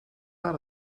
gaat